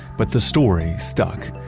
but the story stuck.